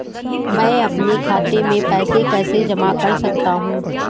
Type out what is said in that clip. मैं अपने खाते में पैसे कैसे जमा कर सकता हूँ?